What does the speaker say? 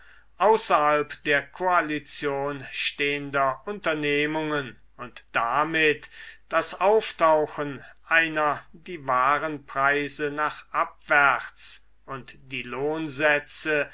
außerhalb der koalition stehender unternehmungen und damit das auftauchen einer die warenpreise nach abwärts und die lohnsätze